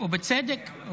ובצדק.